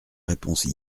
réponse